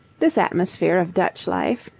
this atmosphere of dutch life,